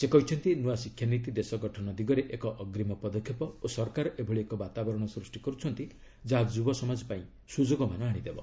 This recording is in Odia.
ସେ କହିଛନ୍ତି ନୂଆ ଶିକ୍ଷାନୀତି ଦେଶ ଗଠନ ଦିଗରେ ଏକ ଅଗ୍ରୀମ ପଦକ୍ଷେପ ଓ ସରକାର ଏଭଳି ଏକ ବାତାବରଣ ସୃଷ୍ଟି କରୁଛନ୍ତି ଯାହା ଯୁବ ସମାଜ ପାଇଁ ସ୍ରଯୋଗମାନ ଆଶିଦେବ